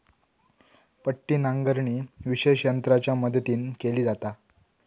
पट्टी नांगरणी विशेष यंत्रांच्या मदतीन केली जाता